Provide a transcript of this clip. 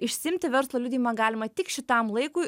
išsiimti verslo liudijimą galima tik šitam laikui